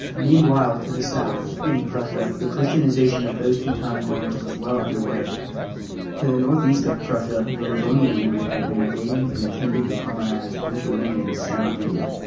meanwhile to the south in prussia the christianization of those teutonic lands was well underway to the northeast of prussia the livonian order had been invading and attempting to colonize lithuanian sam acadia